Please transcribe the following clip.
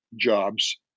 jobs